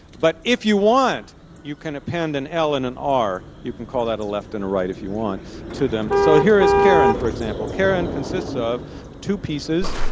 but if you want you can append an l and an r, you can call that a left and a right if you want to them. so here is karen for example. karen consists of two pieces,